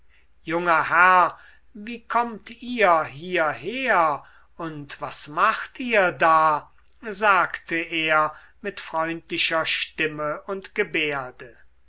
herr wie kommt ihr hierher und was macht ihr da sagte er mit freundlicher stimme und gebärde